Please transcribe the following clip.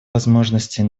возможностей